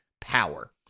power